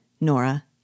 Nora